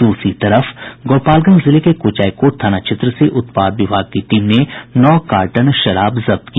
दूसरी तरफ गोपालगंज जिले के कुचायकोट थाना क्षेत्र से उत्पाद विभाग की टीम ने नौ कार्टन शराब जब्त की